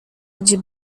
gdzie